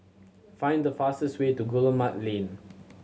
find the fastest way to Guillemard Lane